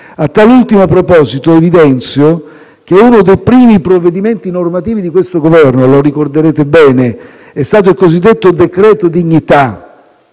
A tal ultimo proposito evidenzio che uno dei primi provvedimenti normativi di questo Governo - lo ricorderete bene - è stato il cosiddetto decreto dignità